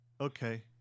Okay